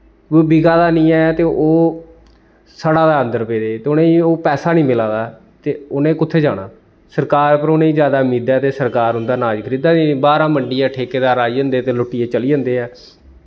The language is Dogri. कुतै बिका दा निं ऐ ते ओह् सड़ै दा अन्दर पेदे ते उ'नेंई ओह् पैसा निं मिला दा ऐ ते उ'नें कु'त्थें जाना सरकार पर उ'नें जादा उम्मीदां दा ते सरकार उं'दा नाज खरीदी दी गै निं बाह्रा मंडिया ठेकेदार आई जंदे ते लुट्टियै चली जंदे ऐ